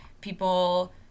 people